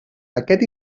aquest